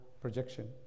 projection